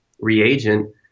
Reagent